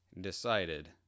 decided